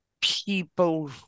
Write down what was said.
people